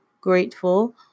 grateful